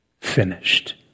finished